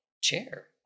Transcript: chair